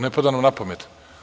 Ne pada nam na pamet.